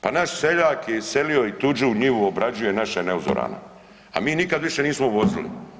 Pa naš seljak je iselio i tuđu njivu obrađuje našu neuzoranu a mi nikad više nismo uvozili.